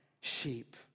sheep